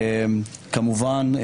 כמובן,